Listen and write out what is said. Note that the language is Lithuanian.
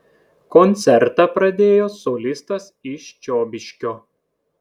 koncertą pradėjo solistas iš čiobiškio